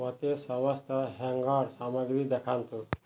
ମୋତେ ସମସ୍ତ ହ୍ୟାଙ୍ଗର୍ ସାମଗ୍ରୀ ଦେଖାନ୍ତୁ